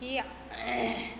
की